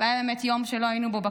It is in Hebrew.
זה היה באמת יום שבו לא היינו בכנסת,